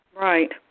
Right